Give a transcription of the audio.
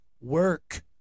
work